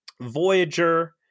voyager